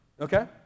Okay